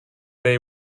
they